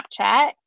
Snapchat